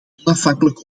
onafhankelijk